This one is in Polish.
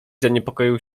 zaniepokoił